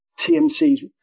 tmc's